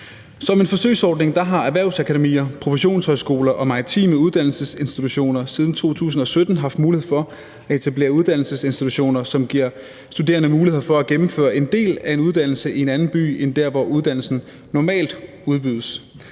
Som en forsøgsordning har erhvervsakademier, professionshøjskoler og maritime uddannelsesinstitutioner siden 2017 haft mulighed for at etablere uddannelsesinstitutioner, som giver de studerende mulighed for at gennemføre en del af en uddannelse i en anden by end der, hvor uddannelsen normalt udbydes.